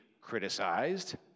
criticized